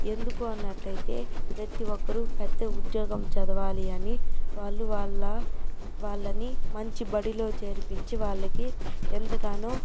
ఎందుకు అన్నట్లయితే ప్రతి ఒక్కరూ పెద్ద ఉద్యోగం చదవాలి అని వాళ్ళు వాళ్ళ వాళ్ళని మంచి బడిలో చేర్పించి వాళ్ళకి ఎంతగానో